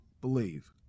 believe